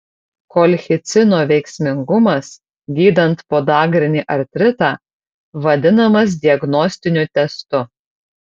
kolchicino veiksmingumas gydant podagrinį artritą vadinamas diagnostiniu testu